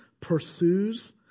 pursues